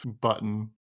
button